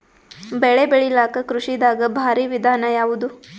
ಬೆಳೆ ಬೆಳಿಲಾಕ ಕೃಷಿ ದಾಗ ಭಾರಿ ವಿಧಾನ ಯಾವುದು?